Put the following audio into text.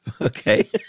Okay